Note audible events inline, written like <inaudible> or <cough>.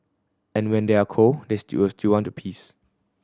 and when they are cold they still <unintelligible> want to piss